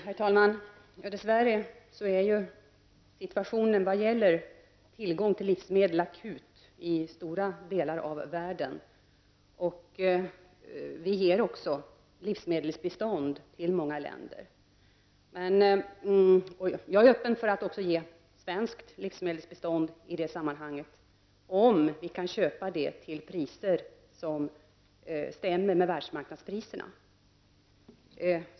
Herr talman! Dess värre är situationen vad gäller tillgång till livsmedel akut i stora delar av världen. Vi ger också livsmedelsbistånd till många länder. Jag är öppen för att ge svenskt livsmedelsbistånd i det här sammanhanget, om vi kan köpa det till priser som stämmer med världsmarknadspriserna.